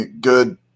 good